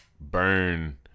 burn